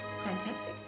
Fantastic